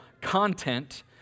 content